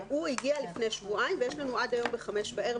הגיע לפני שבועיים ויש לנו עד היום ב-5:00 בערב